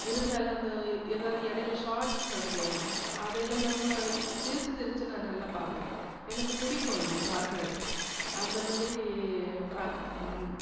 இருந்தாலும் அந்த எதாவது இடையில ஷார்ட்ஸ் மாதிரி வரும் அதையெல்லாம் நம்ம சிரித்து சிரித்து நான் நல்லா பார்ப்பேன் எனக்கு பிடிக்கும் அது பார்க்குறதுக்கு அந்த மாதிரி பாக்